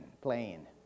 playing